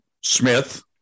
Smith